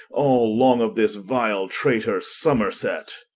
all long of this vile traitor somerset